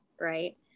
right